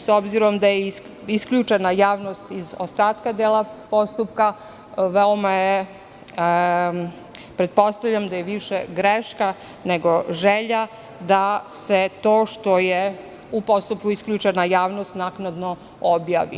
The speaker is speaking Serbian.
S obzirom da je isključena javnost iz ostatka postupka, pretpostavljam da je više greška nego želja da se to što je u postupku isključena javnost naknadno objavi.